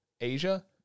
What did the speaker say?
Asia